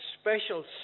special